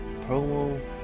Promo